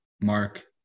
Mark